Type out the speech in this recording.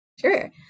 Sure